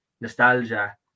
nostalgia